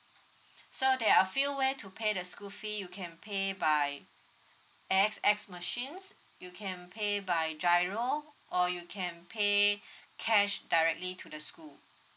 so there are a few way to pay the school fee you can pay by A_X_S machines you can pay by giro or you can pay cash directly to the school